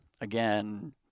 again